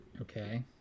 Okay